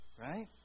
right